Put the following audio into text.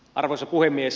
arvoisa puhemies